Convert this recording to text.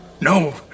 no